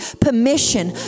permission